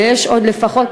ויש עוד לפחות,